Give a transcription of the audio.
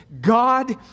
God